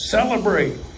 Celebrate